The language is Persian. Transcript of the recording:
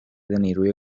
نیروی